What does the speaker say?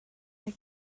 mae